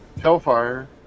Hellfire